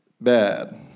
bad